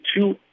two